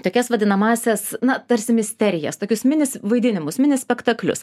tokias vadinamąsias na tarsi misterijas tokius mini vaidinimus mini spektaklius